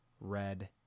red